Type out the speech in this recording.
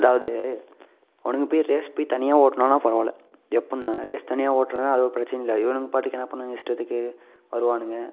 அதாவது அவனுங்க போய் ரேஸ் போய் தனியாக ஓட்னான்னா பரவால்லை எப்புடின்னா ரேஸ் தனியாக ஓட்டினதுனா அது ஒரு பிரச்சனையும் இல்லை இவனுங்க பாட்டுக்கு என்ன பண்ணுவாங்க இஷ்டத்துக்கு வருவானுங்க